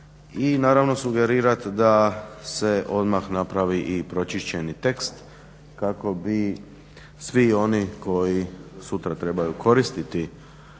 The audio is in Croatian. i naravno sugerirat da se odmah napravi i pročišćeni tekst kako bi svi oni koji sutra trebaju koristiti